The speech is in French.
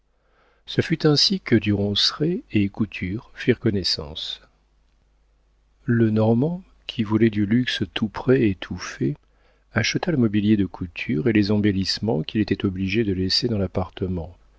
ce fut ainsi que du ronceret et couture firent connaissance le normand qui voulait du luxe tout prêt et tout fait acheta le mobilier de couture et les embellissements qu'il était obligé de laisser dans l'appartement